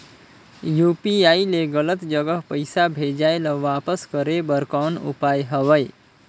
UPI ले गलत जगह पईसा भेजाय ल वापस करे बर कौन उपाय हवय?